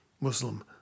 Muslim